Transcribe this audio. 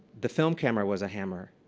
the film camera was a hammer.